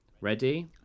Ready